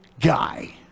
guy